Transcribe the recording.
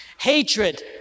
Hatred